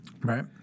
Right